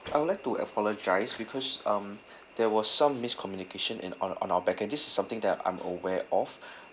I would like to apologise because um there was some miscommunication in on on our back-end this is something that I'm aware of